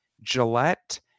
Gillette